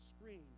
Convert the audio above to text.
screen